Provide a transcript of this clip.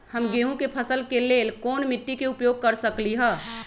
हम गेंहू के फसल के लेल कोन मिट्टी के उपयोग कर सकली ह?